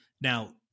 Now